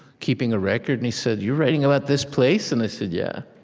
keeping a record. and he said, you writing about this place? and i said, yeah.